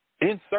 insert